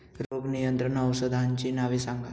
रोग नियंत्रण औषधांची नावे सांगा?